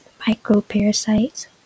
microparasites